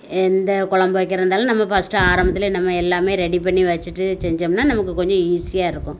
எந்த கொழம்பு வைக்கிறதாக இருந்தாலும் நம்ப ஃபஸ்ட்டு ஆரம்பத்திலயே நம்ப எல்லாமே ரெடி பண்ணி வச்சுட்டு செஞ்சோம்னால் நமக்கு கொஞ்சம் ஈஸியாக இருக்கும்